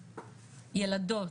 ילדות,